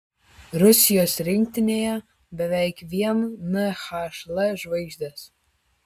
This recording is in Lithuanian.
rusijos rinktinėje beveik vien nhl žvaigždės